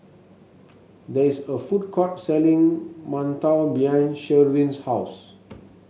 there is a food court selling mantou behind Sherwin's house